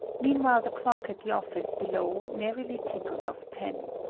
meanwhile the clock at the office below merrily tinkled off ten.